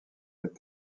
les